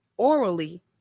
Orally